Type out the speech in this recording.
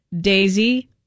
Daisy